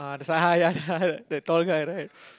ah that's why ah ya ya that tall guy right